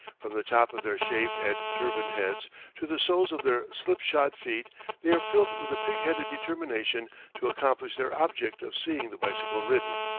from the top of their shaved and turbaned heads to the soles of their slip-shod feet they are filled with a pig-headed determination to accomplish their object of seeing the bicycle ridden.